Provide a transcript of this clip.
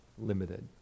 limited